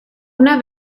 una